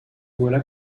voilà